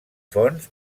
fonts